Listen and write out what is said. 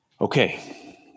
Okay